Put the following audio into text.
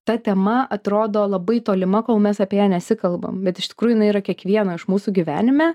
ta tema atrodo labai tolima kol mes apie ją nesikalbam bet iš tikrųjų jinai yra kiekvieno iš mūsų gyvenime